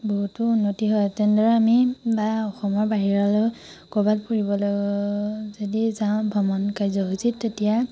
বহুতো উন্নতি হয় তেনেদৰে আমি বা অসমৰ বাহিৰলৈ ক'ৰবাত ফুৰিবলৈ যদি যাওঁ ভ্ৰমণ কাৰ্যসূচীত তেতিয়া